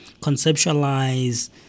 conceptualize